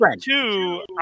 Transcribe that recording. two